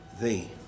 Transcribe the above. thee